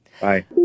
Bye